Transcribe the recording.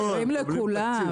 מכירים לכולם.